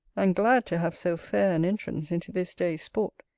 and glad to have so fair an entrance into this day's sport,